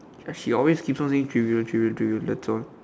she always keeps on saying trivial trivial trivial that's all